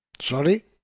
Sorry